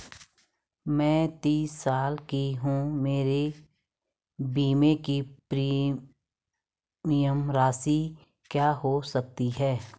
मैं तीस साल की हूँ मेरे बीमे की प्रीमियम राशि क्या हो सकती है?